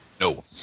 No